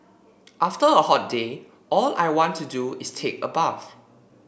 after a hot day all I want to do is take a bath